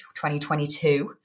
2022